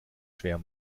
schwer